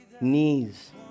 Knees